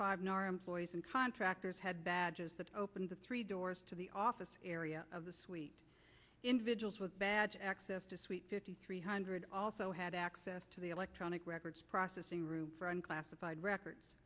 five nor employees and contractors had badges that opened three doors to the office area of the suite individuals with access to suite fifty three hundred also had access to the electronic records processing room for unclassified records